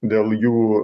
dėl jų